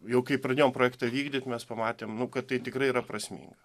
jau kai pradėjom projektą vykdyt mes pamatėm nu kad tai tikrai yra prasminga